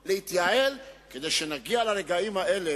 כסף?